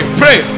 pray